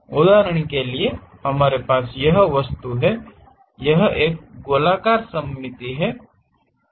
उदाहरण के लिए हमारे पास यह वस्तु है यह एक गोलाकार सममित है